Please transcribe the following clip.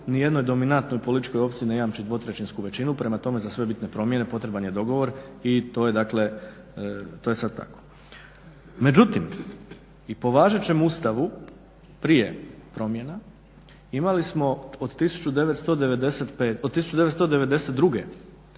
nijednoj dominantnoj političkoj opciji ne jamči 2/3 većinu, prema tome za sve bitne promjene potreban je dogovor i to je dakle sada tako. Međutim, i po važećem Ustavu prije promjena imali smo od 1992.